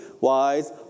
wise